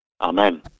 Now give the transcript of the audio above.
Amen